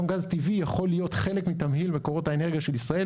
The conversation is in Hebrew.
גם גז טבעי יכול להיות חלק מתמהיל מקורות האנרגיה של ישראל